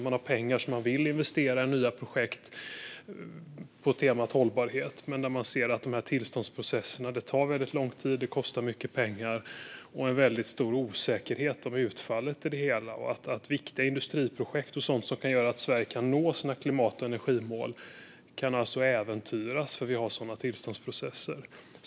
Man har pengar som man vill investera i nya projekt på temat hållbarhet. Men man ser att tillståndsprocesserna tar lång tid och kostar mycket pengar, och det finns en stor osäkerhet om utfallet i det hela. Viktiga industriprojekt och sådant som kan göra att Sverige kan nå sina klimat och energimål kan alltså äventyras för att vi har sådana tillståndsprocesser.